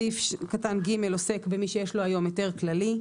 סעיף קטן (ג) עוסק במי שיש לו היום היתר כללי.